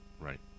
Right